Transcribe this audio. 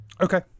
Okay